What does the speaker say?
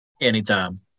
anytime